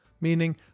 meaning